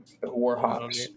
Warhawks